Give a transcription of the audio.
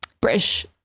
British